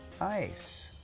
Nice